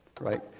right